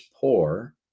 poor